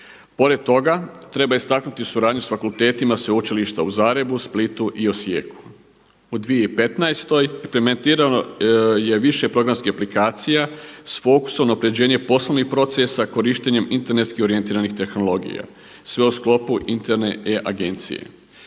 Pored toga treba istaknuti suradnju sa fakultetima Sveučilišta u Zagrebu, Splitu i Osijeku. U 2015. implementirano je više programskih aplikacija s fokusom unapređenja poslovnih procesa, korištenjem internetski orijentiranih tehnologija, sve u sklopu interne e-Agencije.